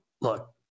Look